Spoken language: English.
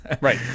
Right